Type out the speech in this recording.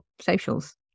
socials